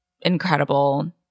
incredible